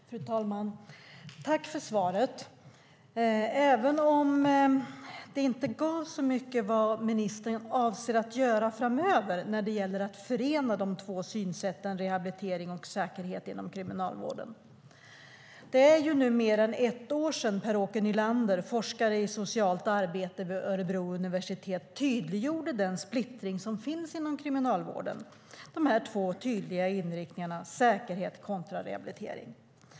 Fru talman! Jag tackar för svaret, även om det inte gav så mycket om vad ministern avser att göra framöver när det gäller att förena de två synsätten rehabilitering och säkerhet inom Kriminalvården. Det är nu mer än ett år sedan Per-Åke Nylander, forskare i socialt arbete vid Örebro universitet, tydliggjorde den splittring som finns inom Kriminalvården, de två tydliga inriktningarna säkerhet kontra rehabilitering.